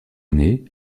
année